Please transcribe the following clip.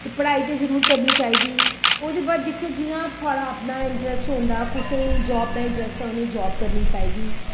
ते पढ़ाई ते जरूर करनी चाहिदी ओह्दे बाद दिक्खो जियां थुआढ़ा अपना इंटरेस्ट होंदा कुसै गी जाॅब दा इंटरेस्ट उनेंगी जाब करनी चाहिदी